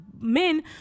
men